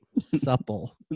Supple